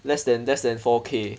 less than less than four K